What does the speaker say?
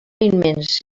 immens